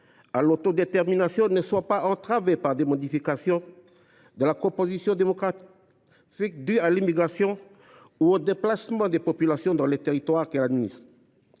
à l’autodétermination ne soit pas entravé par des modifications de la composition démographique dues à l’immigration ou au déplacement de populations dans les territoires qu’elles administrent